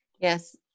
Yes